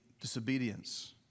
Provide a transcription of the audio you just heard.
disobedience